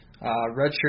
Redshirt